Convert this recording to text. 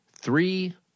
Three